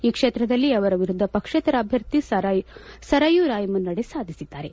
ಈ ಕ್ಷೇತ್ರದಲ್ಲಿ ಅವರ ವಿರುದ್ದ ಪಕ್ಷೇತರ ಅಭ್ಯರ್ಥಿ ಸರಯು ರಾಯ್ ಮುನ್ನಡೆ ಸಾಧಿಸಿದ್ದಾರೆ